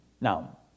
Now